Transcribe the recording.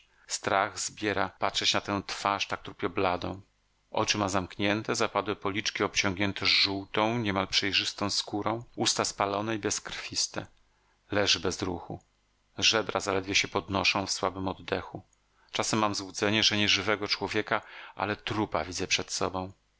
strach zbiera patrzeć na tę twarz tak trupio bladą oczy ma zamknięte zapadłe policzki obciągnięte żółtą niemal przejrzystą skórą usta spalone i bezkrwiste leży bez ruchu żebra zaledwie się podnoszą w słabym oddechu czasem mam złudzenie że nie żywego człowieka ale trupa widzę przed sobą